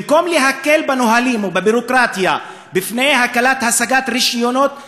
במקום להקל בנהלים ובביורוקרטיה להקלת השגת רישיונות לבנייה,